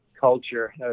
culture